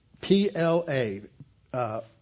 P-L-A